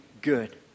good